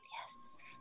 Yes